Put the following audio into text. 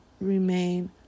remain